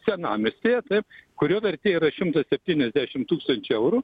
senamiestyje taip kurio vertė yra šimtas septyniasdešimt tūkstančių eurų